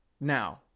now